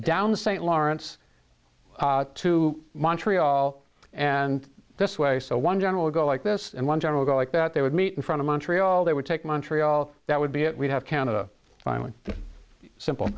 down the st lawrence to montreal and this way so one general go like this and one general go like that they would meet in front of montreal they would take montreal that would be it would have canada the simple